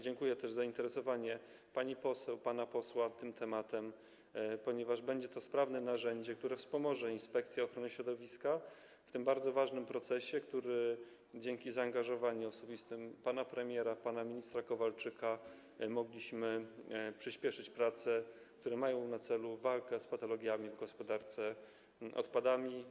Dziękuję także za zainteresowanie pani poseł, pana posła tym tematem, ponieważ będzie to sprawne narzędzie, które wspomoże Inspekcję Ochrony Środowiska w tym bardzo ważnym procesie, nad którym dzięki zaangażowaniu osobistemu pana premiera, pana ministra Kowalczyka mogliśmy przyspieszyć prace mające na celu walkę z patologiami w gospodarce odpadami.